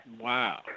Wow